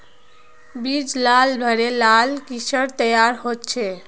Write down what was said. बीज लार भले ला किसम तैयार होछे